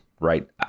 Right